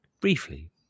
briefly